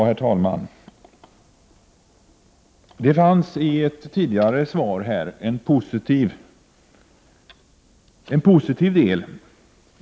Herr talman! Det fanns i ett svar tidigare här i dag en positiv del.